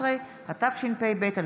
הינני מתכבדת להודיעכם,